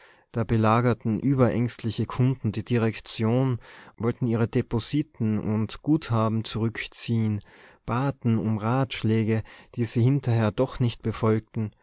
da belagerten überängstliche kunden die direktion wollten ihre depositen und guthaben zurückziehen baten um ratschläge die sie hinterher doch nicht befolgten